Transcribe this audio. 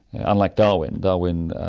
unlike darwin. darwin,